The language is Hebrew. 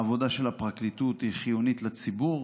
העבודה של הפרקליטות היא חיונית לציבור,